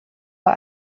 bei